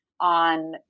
on